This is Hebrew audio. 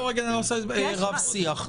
לא נעשה רב שיח.